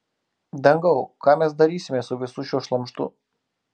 dangau ką mes darysime su visu šiuo šlamštu